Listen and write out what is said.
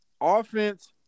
offense